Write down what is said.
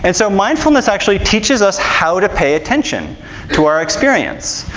and so mindfulness actually teaches us how to pay attention to our experience,